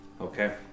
Okay